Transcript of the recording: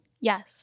Yes